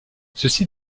ceci